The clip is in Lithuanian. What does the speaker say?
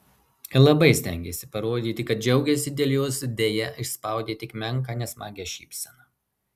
labai stengėsi parodyti kad džiaugiasi dėl jos deja išspaudė tik menką nesmagią šypseną